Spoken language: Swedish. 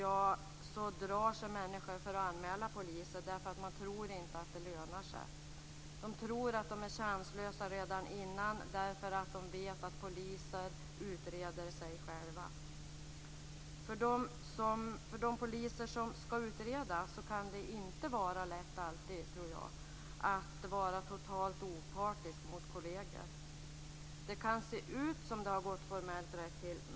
Människor drar sig många gånger för att anmäla poliser eftersom de inte tror att det lönar sig. De tror att de är chanslösa redan innan, därför att de vet att poliser utreder sig själva. För de poliser som skall utreda kan det inte alltid vara lätt att vara totalt opartiska mot kolleger. Det kan se ut som att det har gått formellt rätt till.